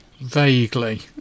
Vaguely